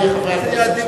תקבע פגישה